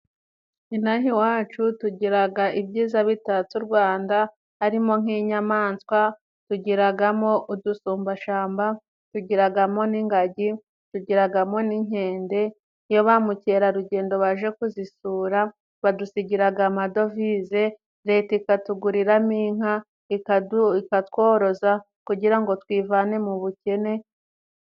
Inaha iwacu tugiraga ibyiza bitatse u Rwanda arimo nk'inyamaswa. Tugiragamo udusumbashamba, tugiragamo n'ingagi, tugiragamo n'inkende. Iyo ba mukerarugendo baje kuzisura badusigiraga amadovize Leta ikatuguriramo inka, ikatworoza kugira ngo twivane mu bukene.